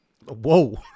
Whoa